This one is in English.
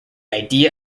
idea